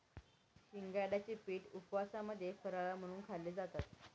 शिंगाड्याचे पीठ उपवासामध्ये फराळ म्हणून खाल्ले जातात